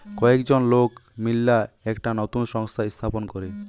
কয়েকজন লোক মিললা একটা নতুন সংস্থা স্থাপন করে